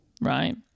right